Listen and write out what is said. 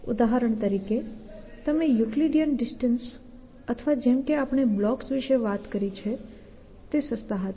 ઉદાહરણ તરીકે તમે યુક્લિડીયન ડિસ્ટન્સ અથવા જેમ કે આપણે બ્લોક્સ વિશે કરી છે તે સસ્તા હતા